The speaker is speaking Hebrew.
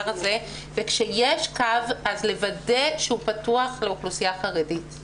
הזה וכשיש קו אז לוודא שהוא פתוח לאוכלוסייה חרדית.